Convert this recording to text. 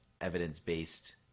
evidence-based